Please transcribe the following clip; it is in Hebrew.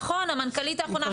נכון, המנכ"לית האחרונה.